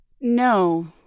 No